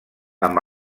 amb